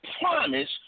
promise